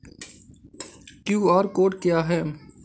QR code क्या है?